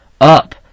up